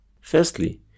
firstly